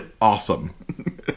awesome